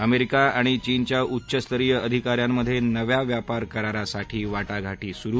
America आणि चीनच्या उच्चस्तरीय अधिकाऱ्यांमध्ये नव्या व्यापार करारासाठी वाटाघाटी सुरु